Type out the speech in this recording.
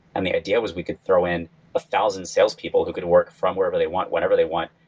and the idea was we could throw in a thousand salespeople who could work from wherever they want, whenever they want.